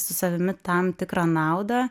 su savimi tam tikrą naudą